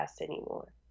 anymore